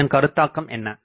இதன் கருத்தாக்கம் என்ன